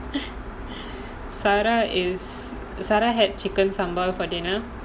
sara is sara had chicken sambal for dinner